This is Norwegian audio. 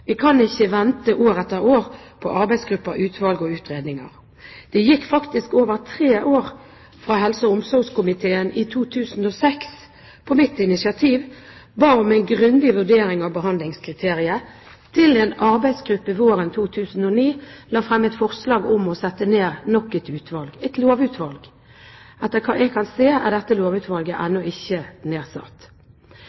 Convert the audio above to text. vi kan ikke vente år etter år på arbeidsgrupper, utvalg og utredninger. Det gikk faktisk over tre år fra helse- og omsorgskomiteen i 2006 på mitt initiativ ba om en grundig vurdering av behandlingskriteriet, til en arbeidsgruppe våren 2009 la frem et forslag om å sette ned nok et utvalg, et lovutvalg. Etter hva jeg kan se, er dette lovutvalget